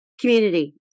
community